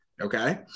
Okay